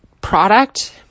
product